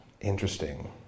Interesting